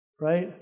right